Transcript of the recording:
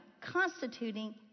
constituting